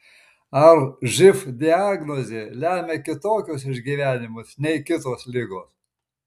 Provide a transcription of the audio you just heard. ar živ diagnozė lemia kitokius išgyvenimus nei kitos ligos